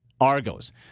Argos